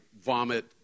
vomit